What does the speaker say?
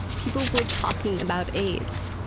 people were talking about aids.